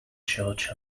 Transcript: church